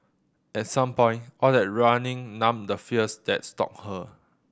at some point all that running numbed the fears that stalked her